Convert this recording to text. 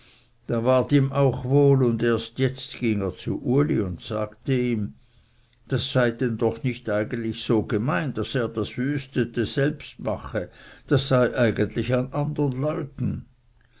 da ward ihm auch wohl und erst jetzt ging er zu uli und sagte ihm das sei doch dann eigentlich nicht so gemeint daß er das wüsteste selbst mache das sei eigentlich an andern leuten